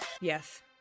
yes